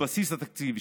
לבסיס התקציב,